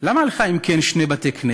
למה לך אם כן שני בתי-כנסת?